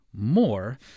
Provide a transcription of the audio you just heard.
more